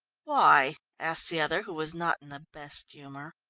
why? asked the other, who was not in the best humour.